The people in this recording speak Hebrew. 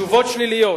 תשובות שליליות.